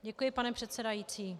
Děkuji, pane předsedající.